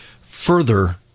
further